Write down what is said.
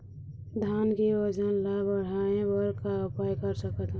धान के वजन ला बढ़ाएं बर का उपाय कर सकथन?